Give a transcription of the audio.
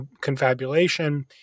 confabulation